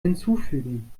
hinzufügen